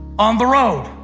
on the road.